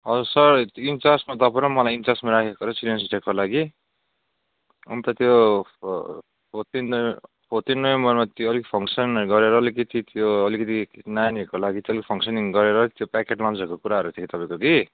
हजुर सर इन्चार्जमा तपाईँ र मलाई इन्चार्जमा राखेको रहेछ चिल्ड्रेन्स डेको लागि अन्त त्यो हो हो तिना हो तिन नोभेम्बरमा अलिक फङ्कसनहरू गरेर अलिकति त्यो अलिकति नानीहरूको लागि चाहिँ फङ्कसनिङ गरेर त्यो प्याकेट लन्चहरू कुराहरू थियो तपाईँको कि